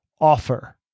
offer